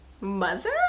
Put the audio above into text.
mother